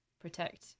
protect